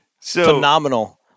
Phenomenal